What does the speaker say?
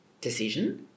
decision